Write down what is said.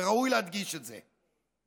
וראוי להדגיש את זה.